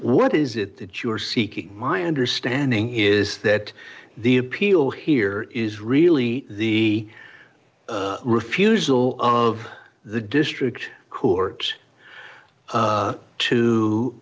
what is it that you are seeking my understanding is that the appeal here is really the refusal of the district court